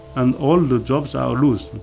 and all the jobs are lose